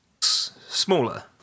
smaller